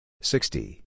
Sixty